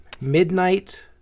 Midnight